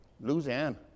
Louisiana